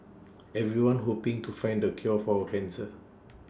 everyone's hoping to find the cure for cancer